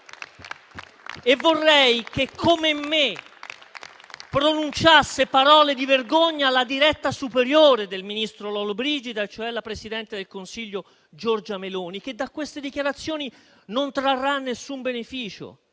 E vorrei che - come me - pronunciasse parole di vergogna la diretta superiore del ministro Lollobrigida, cioè la presidente del Consiglio Giorgia Meloni, che da queste dichiarazioni non trarrà alcun beneficio.